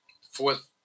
fourth